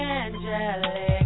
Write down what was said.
angelic